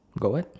got what